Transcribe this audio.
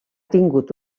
tingut